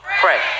Pray